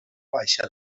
baixa